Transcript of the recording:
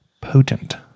potent